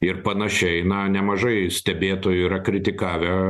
ir panašiai na nemažai stebėtojų yra kritikavę